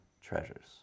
treasures